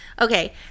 Okay